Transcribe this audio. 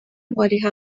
مالی